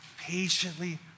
patiently